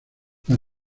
las